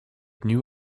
knew